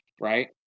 right